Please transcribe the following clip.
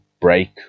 break